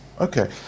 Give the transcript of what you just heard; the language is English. Okay